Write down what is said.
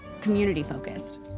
community-focused